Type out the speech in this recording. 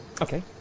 Okay